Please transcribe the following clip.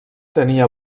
tenia